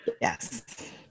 yes